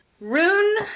Rune